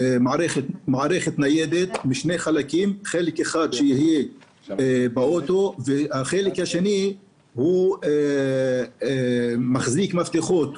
חלק אחד נמצא באוטו וחלק שני צמוד למחזיק המפתחות,